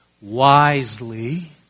wisely